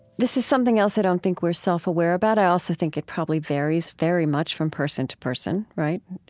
this is something else i don't think we're self-aware about. i also think it probably varies very much from person to person, right?